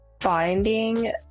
finding